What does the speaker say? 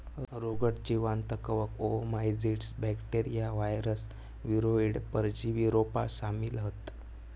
रोगट जीवांत कवक, ओओमाइसीट्स, बॅक्टेरिया, वायरस, वीरोइड, परजीवी रोपा शामिल हत